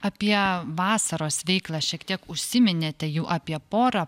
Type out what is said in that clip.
apie vasaros veiklą šiek tiek užsiminėte jau apie porą